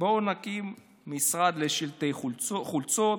בואו נקים משרד לשלטי חוצות,